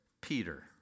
Peter